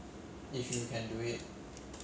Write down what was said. eh 一个菜 ah 两个菜啦我不要肉啦